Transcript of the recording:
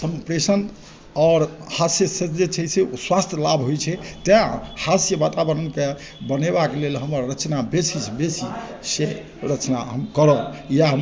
सम्प्रेषण आओर हास्य से जे छै से स्वास्थ्य लाभ होइ छै तैँ हास्य वातावरणके बनेबाके लेल हमर रचना बेसीसँ बेसी से रचना हम करब इएह हम